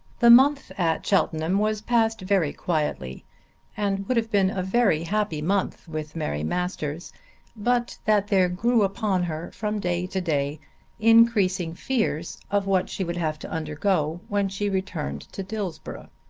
the month at cheltenham was passed very quietly and would have been a very happy month with mary masters but that there grew upon her from day to day increasing fears of what she would have to undergo when she returned to dillsborough.